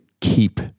keep